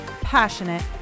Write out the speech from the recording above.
passionate